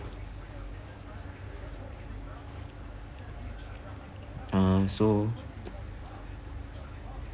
uh so